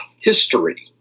history